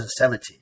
2017